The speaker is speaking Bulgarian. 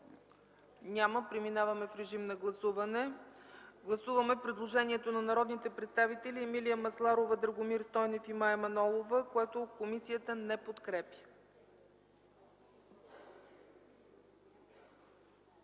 Предложението не е прието. Подлагам на гласуване предложението на народните представители Емилия Масларова, Драгомир Стойнев и Мая Манолова, което комисията не подкрепя.